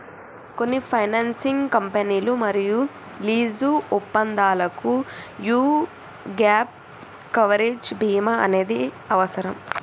కొన్ని ఫైనాన్సింగ్ కంపెనీలు మరియు లీజు ఒప్పందాలకు యీ గ్యేప్ కవరేజ్ బీమా అనేది అవసరం